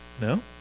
No